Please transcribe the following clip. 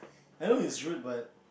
I know it's rude but